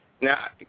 Now